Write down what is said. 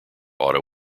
auto